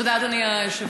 תודה, אדוני היושב-ראש.